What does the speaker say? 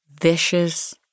vicious